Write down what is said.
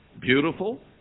beautiful